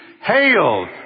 hail